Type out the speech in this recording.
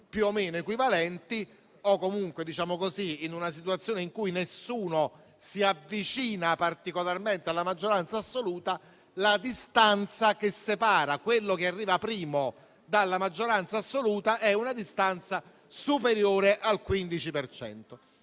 più o meno equivalenti, o comunque in una situazione in cui nessuno si avvicina particolarmente alla maggioranza assoluta, la distanza - che separa il candidato che arriva primo dalla maggioranza assoluta - sia superiore al 15